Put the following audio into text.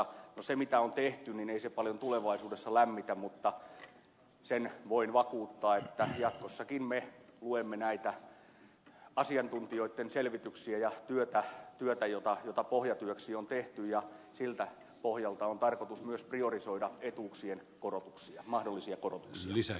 no se mitä on tehty ei se paljon tulevaisuudessa lämmitä mutta sen voin vakuuttaa että jatkossakin me luemme näitä asiantuntijoitten selvityksiä ja työtä jota pohjatyöksi on tehty ja siltä pohjalta on tarkoitus myös priorisoida etuuksien mahdollisia korotuksia